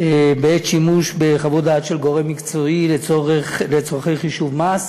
בעת שימוש בחוות דעת של גורם מקצועי לצורכי חישוב מס.